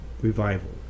revival